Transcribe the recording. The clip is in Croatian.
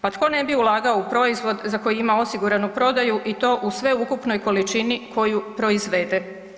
Pa tko ne bi ulagao u proizvod za koji ima osiguranu prodaju i to u sveukupnoj količini koju proizvede.